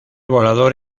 volador